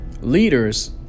Leaders